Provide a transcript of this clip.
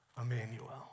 Emmanuel